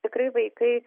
tikrai vaikai